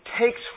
takes